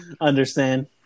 Understand